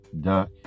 duck